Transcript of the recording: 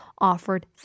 offered